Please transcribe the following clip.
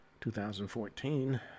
2014